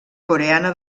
coreana